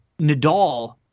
Nadal